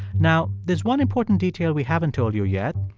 now, there's one important detail we haven't told you yet.